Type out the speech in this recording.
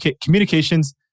communications